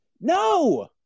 No